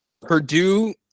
Purdue